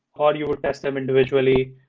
or you would test them individually,